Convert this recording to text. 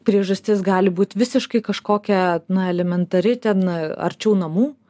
priežastis gali būt visiškai kažkokia na elementari ten arčiau namų